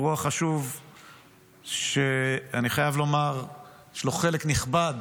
אירוע חשוב שאני חייב לומר שיש לו חלק נכבד